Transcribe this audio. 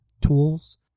tools